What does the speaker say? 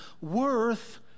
worth